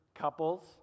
couples